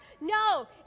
No